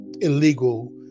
illegal